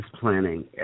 planning